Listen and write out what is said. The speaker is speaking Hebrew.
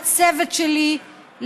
לצוות שלי,